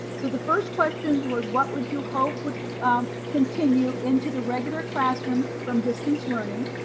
so the first questions was what would you hope would continue into the regular classroom from distance learning?